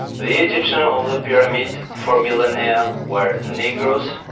the egyptians of the pyramids, for millennia, were negroes,